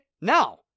Now